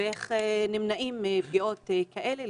איך נמנעים מפגיעות כאלה?